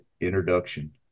introduction